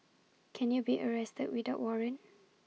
can you be arrested without A warrant